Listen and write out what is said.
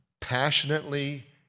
passionately